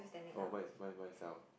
oh what's what if I fail